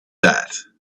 that